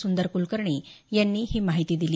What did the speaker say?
सुंदर कुलकर्णी यांनी ही माहिती दिली